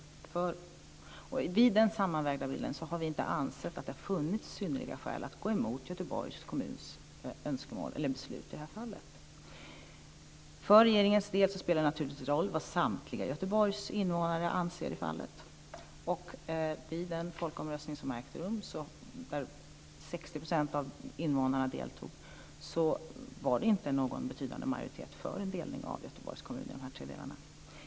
Med anledning av den sammanvägda bilden har vi inte funnit att det har funnits synnerliga skäl att gå emot Göteborgs kommuns beslut i det här fallet. För regeringens del spelar det naturligtvis roll vad samtliga Göteborgs invånare anser i fallet. Vid den folkomröstning som har ägt rum, där 60 % av invånarna deltog, var det inte någon betydande majoritet för en delning av Göteborgs kommun i de här tre delarna.